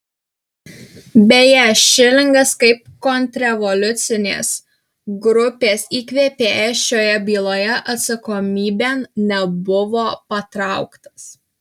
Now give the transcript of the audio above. beje šilingas kaip kontrrevoliucinės grupės įkvėpėjas šioje byloje atsakomybėn nebuvo patrauktas